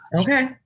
Okay